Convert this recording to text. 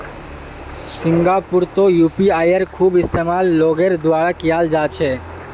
सिंगापुरतो यूपीआईयेर खूब इस्तेमाल लोगेर द्वारा कियाल जा छे